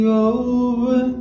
over